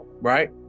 right